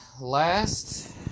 last